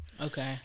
Okay